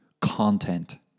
content